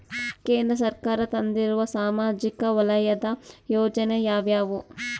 ಕೇಂದ್ರ ಸರ್ಕಾರ ತಂದಿರುವ ಸಾಮಾಜಿಕ ವಲಯದ ಯೋಜನೆ ಯಾವ್ಯಾವು?